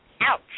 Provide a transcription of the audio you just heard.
ouch